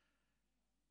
הזאת,